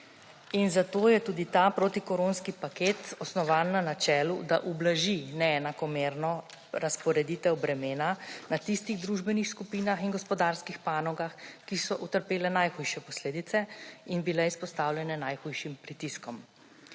zato je tudi ta protikoronski paket osnovan na načelu, da ublaži neenakomerno razporeditev bremena na tistih družbenih skupinah in gospodarskih panogah, ki so utrpele najhujše posledice in bile izpostavljene najhujšim pritiskom.